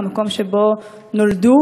מהמקום שבו נולדו,